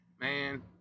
Man